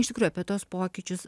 iš tikrųjų apie tuos pokyčius